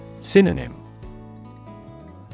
Synonym